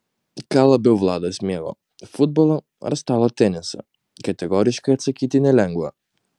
ką labiau vladas mėgo futbolą ar stalo tenisą kategoriškai atsakyti nelengva